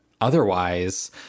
Otherwise